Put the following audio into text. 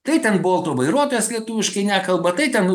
tai ten bolto vairuotojas lietuviškai nekalba tai ten